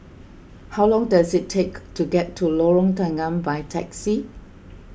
how long does it take to get to Lorong Tanggam by taxi